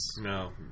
no